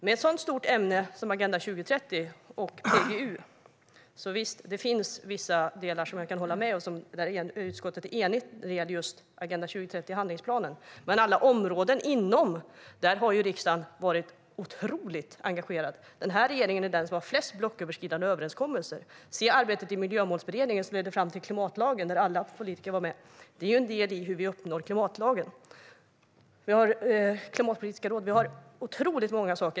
Med ett så stort ämne som Agenda 2030 och PGU finns det vissa delar där jag kan hålla med och där utskottet är enigt när det gäller just Agenda 2030 och handlingsplanen. Men på alla områden inom den har riksdagen varit otroligt engagerad. Den här regeringen är den som har gjort flest blocköverskridande överenskommelser. Ta arbetet i Miljömålsberedningen, som ledde fram till klimatlagen - där var alla politiker med. Detta är en del i hur vi uppnår klimatlagen. Vi har Klimatpolitiska rådet. Vi har otroligt många saker.